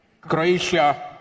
Croatia